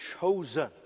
chosen